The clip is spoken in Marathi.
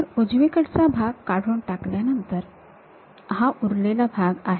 तर उजवीकडचा भाग काढून टाकल्यानंतर हा उरलेला भाग आहे